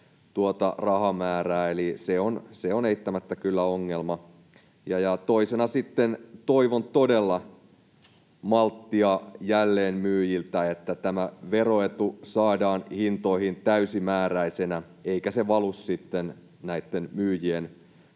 rahamäärää, eli se on eittämättä kyllä ongelma. Toisena sitten toivon todella malttia jälleenmyyjiltä, että tämä veroetu saadaan hintoihin täysimääräisenä eikä se valu sitten näitten myyjien